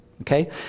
okay